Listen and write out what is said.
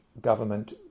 government